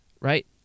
right